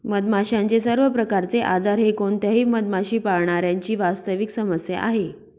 मधमाशांचे सर्व प्रकारचे आजार हे कोणत्याही मधमाशी पाळणाऱ्या ची वास्तविक समस्या आहे